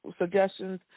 suggestions